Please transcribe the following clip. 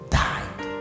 died